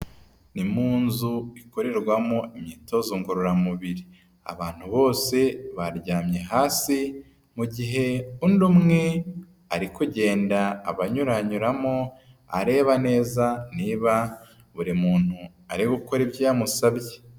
Ni mu nzu ikorerwamo imyitozo ngororamubiri, abantu bose baryamye hasi, mu gihe undi umwe ari kugenda abanyuranyuramo areba neza niba buri muntu ari gukora ibyo yamusabye.